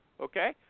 Okay